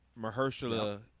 Mahershala